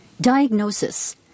Diagnosis